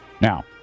Now